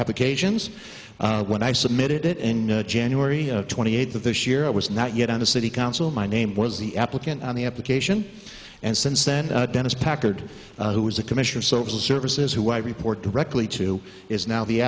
applications when i submitted it in january twenty eighth of this year i was not yet on the city council my name was the applicant on the application and since then dennis packard who is a commissioner of social services who i report directly to is now the